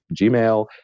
Gmail